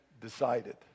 decided